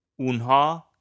Unha